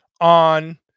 on